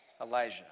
Elijah